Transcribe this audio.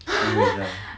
serious ah